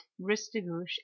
ristigouche